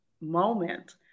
moment